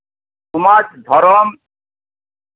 ᱥᱚᱢᱟᱡ ᱫᱷᱚᱨᱚᱢ